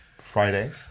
Friday